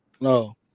no